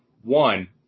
One